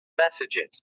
messages